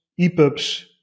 EPUBs